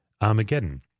Armageddon